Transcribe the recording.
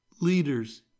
Leaders